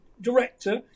director